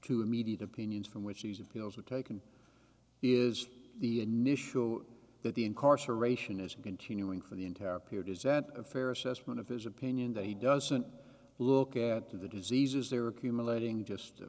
two immediate opinions from which these appeals are taken is the an issue that incarceration is continuing for the entire period is that a fair assessment of his opinion that he doesn't look at to the diseases they're accumulating just